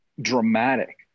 dramatic